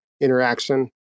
interaction